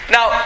Now